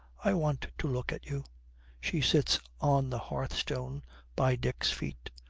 i want to look at you she sits on the hearthstone by dick's feet.